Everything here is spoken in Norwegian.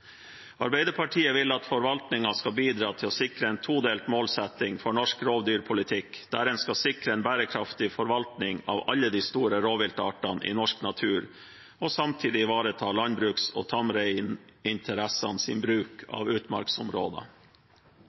Arbeiderpartiet vil at forvaltningen skal bidra til å sikre en todelt målsetting for norsk rovdyrpolitikk, der en skal sikre en bærekraftig forvaltning av alle de store rovviltartene i norsk natur og samtidig ivareta landbruks- og tamreininteressenes bruk av